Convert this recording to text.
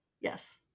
Yes